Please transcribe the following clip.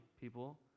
people